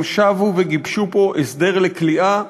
הם שבו וגיבשו פה הסדר לכליאה,